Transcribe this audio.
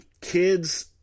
kids